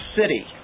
City